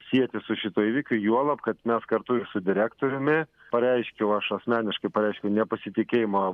sieti su šituo įvykiu juolab kad mes kartu ir su direktoriumi pareiškiau aš asmeniškai pareiškiau nepasitikėjimą